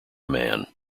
man